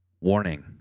Warning